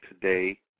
today